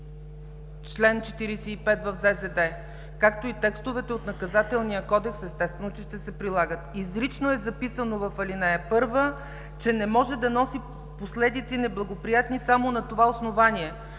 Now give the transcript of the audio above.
чл. 45 в ЗЗД, както и текстовете от Наказателния кодекс, естествено, че ще се прилагат. Изрично е записано в ал. 1, че не може да носи неблагоприятни последици само на това основание,